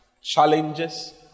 challenges